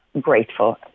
grateful